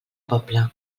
poble